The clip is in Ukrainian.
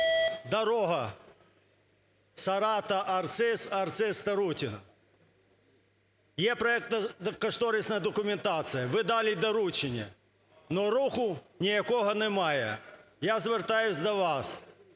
дорога Сарата-Арциз, Арциз-Тарутино. Є проектно-кошторисна документація, ви дали доручення, но руху ніякого немає. Я звертаюся до вас,